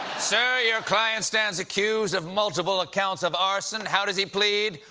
sir, your client stands accused of multiple counts of arson. how does he plead?